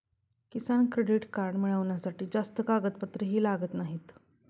किसान credit card मिळवण्यासाठी जास्त कागदपत्रेही लागत नाहीत